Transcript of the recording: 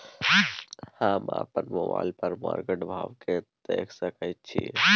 हम अपन मोबाइल पर मार्केट भाव केना देख सकै छिये?